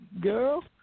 girl